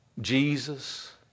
Jesus